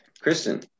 Kristen